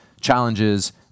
challenges